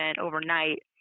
overnight